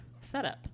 setup